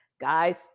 Guys